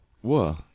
whoa